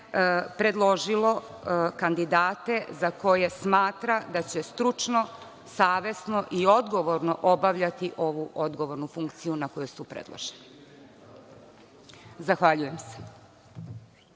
predložilo kandidate za koje smatra da će stručno, savesno i odgovorno obavljati ovu odgovornu funkciju na koju su predloženi. Zahvaljujem.